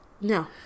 No